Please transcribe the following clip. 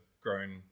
grown